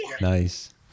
nice